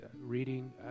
reading